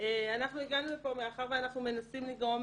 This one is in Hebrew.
אנחנו הגענו לפה מאחר ואנחנו מנסים לגרום